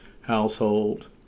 household